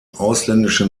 ausländische